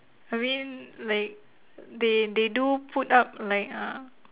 I mean like they they do put up like uh